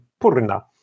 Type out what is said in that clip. Purna